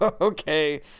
okay